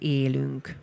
élünk